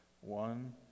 one